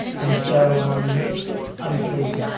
and so obviously,